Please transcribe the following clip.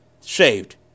saved